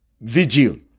vigil